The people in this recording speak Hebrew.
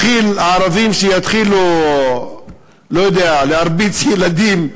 שהערבים יתחילו להרביץ ילדים.